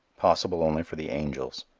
possible only for the angels.